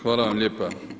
Hvala vam lijepa.